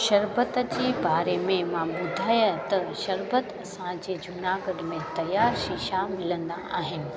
शरबत जे बारे में मां ॿुधाया त शरबत असांजे जूनागढ़ में तयार शीशा मिलंदा आहिनि